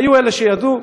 היו אלה שידעו,